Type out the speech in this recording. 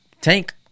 Tank